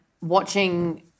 watching